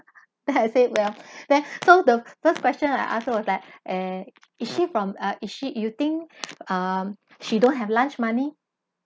then I said well so the first question I asked her was that eh is she from uh is she you think um she don't have lunch money